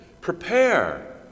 prepare